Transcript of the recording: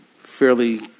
fairly